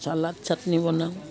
salad চাটনি বনাওঁ